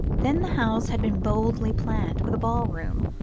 then the house had been boldly planned with a ball-room,